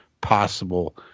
possible